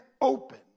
open